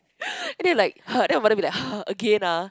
and then like then her mother will be like again ah